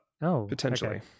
potentially